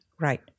Right